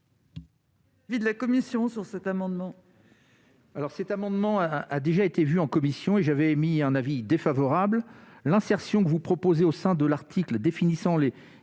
l'avis de la commission ? Cet amendement